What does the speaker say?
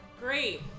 Great